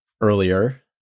earlier